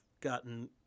gotten